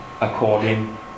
according